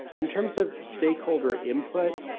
in terms of stakeholder input,